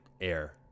air